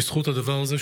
בזכות הדבר הזה,